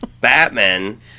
Batman